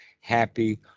happy